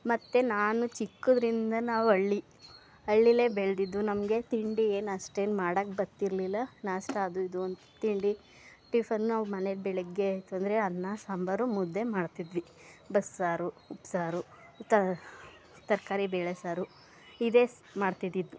ಮತ್ತೆ ನಾನು ಚಿಕ್ಕದರಿಂದ ನಾವಳ್ಳಿ ಹಳ್ಳಿಯಲ್ಲೇ ಬೆಳೆದಿದ್ದು ನಮಗೆ ತಿಂಡಿ ಏನು ಅಷ್ಟೇನು ಮಾಡೋಕೆ ಬರ್ತಿರ್ಲಿಲ್ಲ ನಾಷ್ಟ ಅದು ಇದು ತಿಂಡಿ ಟಿಫನ್ ನಾವು ಮನೆಲಿ ಬೆಳಗ್ಗೆ ಆಯಿತು ಅಂದರೆ ಅನ್ನ ಸಾಂಬಾರು ಮುದ್ದೆ ಮಾಡ್ತಿದ್ವಿ ಬಸ್ಸಾರು ಉಪ್ಸಾರು ಈ ಥರ ತರಕಾರಿ ಬೇಳೆ ಸಾರು ಇದೆ ಮಾಡ್ತಿದ್ದಿದ್ದು